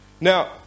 Now